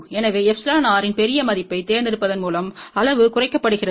எனவே εrஇன் பெரிய மதிப்பைத் தேர்ந்தெடுப்பதன் மூலம் அளவு குறைக்கப்படுகிறது